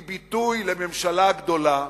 היא ביטוי לממשלה גדולה,